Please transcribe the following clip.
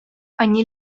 они